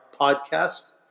podcast